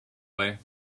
way